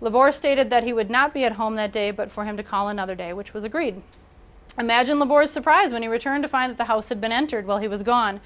live or stated that he would not be at home that day but for him to call another day which was agreed imagine the more surprise when he returned to find the house had been entered while he was gone